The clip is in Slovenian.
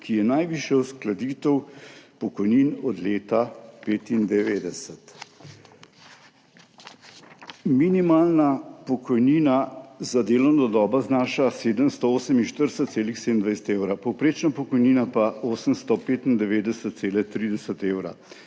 ki je najvišja uskladitev pokojnin od leta 1995. Minimalna pokojnina za delovno dobo znaša 748,27 evra, povprečna pokojnina pa 895,30 evra.